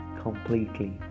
completely